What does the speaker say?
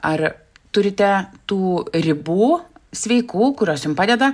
ar turite tų ribų sveikų kurios jum padeda